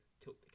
tilt